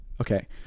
Okay